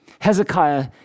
Hezekiah